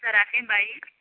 हुन्छ राखेँ बाई